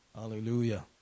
Hallelujah